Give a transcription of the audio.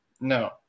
No